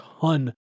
ton